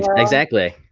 exactly.